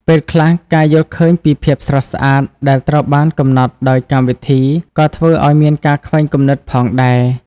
ពេលខ្លះ ការយល់ឃើញពីភាពស្រស់ស្អាតដែលត្រូវបានកំណត់ដោយកម្មវិធីក៏ធ្វើឲ្យមានការខ្វែងគំនិតផងដែរ។